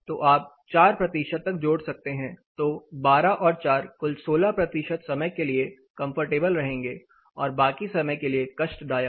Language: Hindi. तो आप चार प्रतिशत तक जोड़ सकते हैं तो 12 और 4 कुल 16 समय के लिए कंफर्टेबल रहेंगे और बाकी समय के लिए कष्टदायक